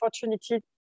opportunity